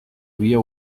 via